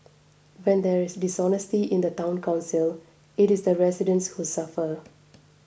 when there is dishonesty in the Town Council it is the residents who suffer